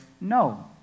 no